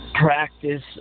practice